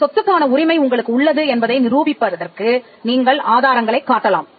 ஒரு சொத்துக்கான உரிமை உங்களுக்கு உள்ளது என்பதை நிரூபிப்பதற்கு நீங்கள் ஆதாரங்களைக் காட்டலாம்